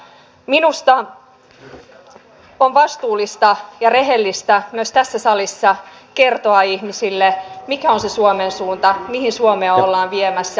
minusta on vastuullista ja rehellistä myös tässä salissa kertoa ihmisille mikä on se suomen suunta mihin suomea ollaan viemässä